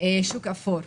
שוק אפור.